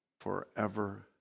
forever